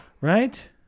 right